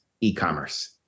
e-commerce